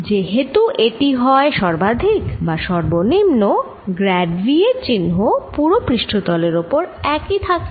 যেহেতু এটি হয় সর্বাধিক বা সর্বনিম্ন গ্র্যাড V এর চিহ্ন পুরো পৃষ্ঠতলের ওপর একই থাকে